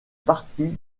partie